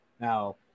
Now